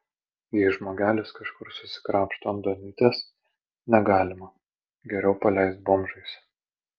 jei žmogelis kažkur susikrapšto ant duonytės negalima geriau paleist bomžais